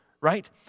right